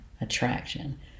attraction